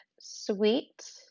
Sweet